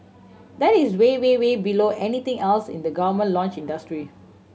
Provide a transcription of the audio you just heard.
that is way way way below anything else in the government launch industry